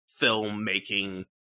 filmmaking